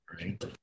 right